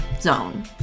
zone